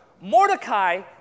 Mordecai